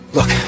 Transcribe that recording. Look